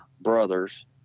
brothers